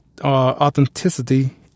authenticity